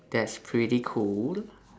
that's pretty cool